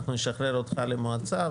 אנחנו נשחרר אותך למועצה,